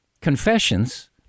confessions